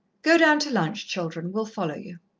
go down to lunch, children we'll follow you.